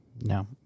No